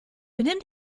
benimm